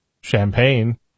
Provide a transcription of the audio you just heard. champagne